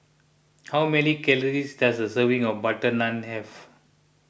how many calories does a serving of Butter Naan have